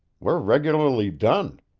we're regularly done.